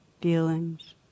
feelings